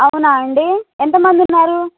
అవునా అండి ఎంతమంది ఉన్నారు